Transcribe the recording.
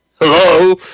hello